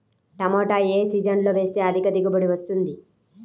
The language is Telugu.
టమాటా ఏ సీజన్లో వేస్తే అధిక దిగుబడి వస్తుంది?